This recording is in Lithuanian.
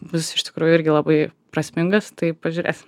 bus iš tikrųjų irgi labai prasmingas tai pažiūrėsim